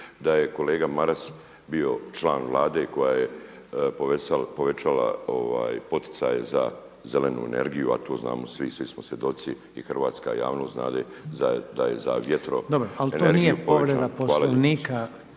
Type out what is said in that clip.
da je kolega Maras bio član Vlade koja je povećala poticaj za zelenu energiju, a to znamo svi, svi smo svjedoci. I hrvatska javnost znade da je za vjetroenergiju povećana … **Reiner, Željko